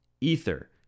Ether